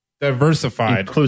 diversified